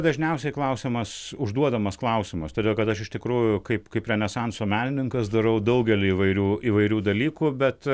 dažniausiai klausimas užduodamas klausimas todėl kad aš iš tikrųjų kaip kaip renesanso menininkas darau daugelį įvairių įvairių dalykų bet